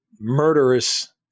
murderous